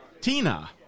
Tina